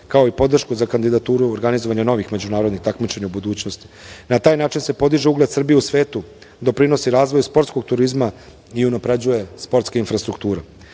kao i podršku za kandidaturu u organizovanju novih međunarodnih takmičenja u budućnosti. Na taj način se podiže ugled Srbije u svetu, doprinosi razvoju sportskog turizma i unapređuje sportska infrastruktura.U